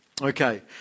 Okay